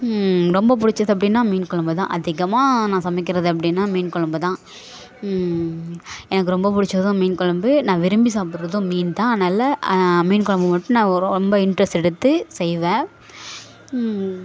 ரொம்ப பிடிச்சது அப்படின்னா மீன் கொழம்பு தான் அதிகமாக நான் சமைக்கிறது அப்படின்னா மீன் கொழம்பு தான் எனக்கு ரொம்ப பிடிச்சதும் மீன் கொழம்பு நான் விரும்பி சாப்பிட்றதும் மீன் தான் அதனால் மீன் கொழம்பு மட்டும் நான் ரொ ரொம்ப இன்ட்ரெஸ்ட் எடுத்து செய்வேன்